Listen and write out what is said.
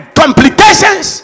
complications